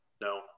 no